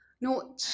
No